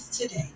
Today